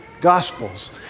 Gospels